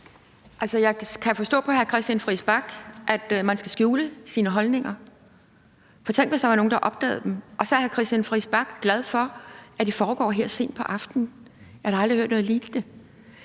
Jeg kan forstå på hr. Christian Friis Bach, at man skal skjule sine holdninger, for tænk, hvis der var nogen, der opdagede dem. Og så er hr. Christian Friis Bach glad for, at det foregår her sent om aftenen. Jeg har da aldrig hørt noget lignende.